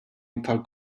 iktar